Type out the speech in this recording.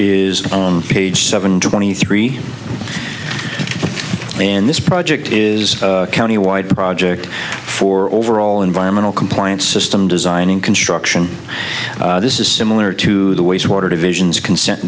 on page seven twenty three in this project is county wide project for overall environmental compliance system design and construction this is similar to the wastewater divisions consent